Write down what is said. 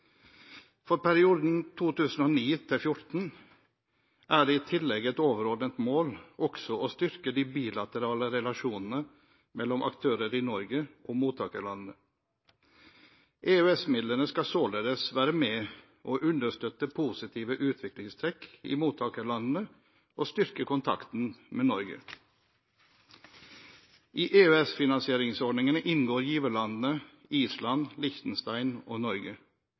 For perioden 2009–2014 er det i tillegg et overordnet mål også å styrke de bilaterale relasjonene mellom aktører i Norge og mottakerlandene. EØS-midlene skal således være med på å understøtte positive utviklingstrekk i mottakerlandene og styrke kontakten med Norge. I EØS-finansieringsordningene inngår giverlandene Island, Liechtenstein og Norge.